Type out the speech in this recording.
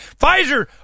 Pfizer